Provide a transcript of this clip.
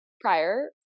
prior